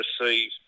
receive